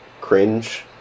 cringe